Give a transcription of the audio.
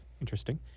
interesting